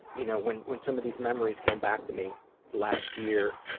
you know, when when some of these memories came back to me last year,